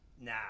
Nah